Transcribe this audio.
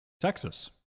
Texas